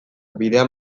bidean